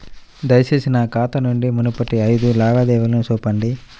దయచేసి నా ఖాతా నుండి మునుపటి ఐదు లావాదేవీలను చూపండి